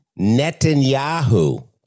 Netanyahu